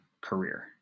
career